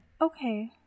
Okay